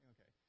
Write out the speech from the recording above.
Okay